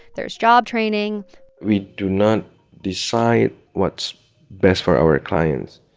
there's job training we do not decide what's best for our clients.